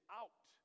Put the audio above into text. out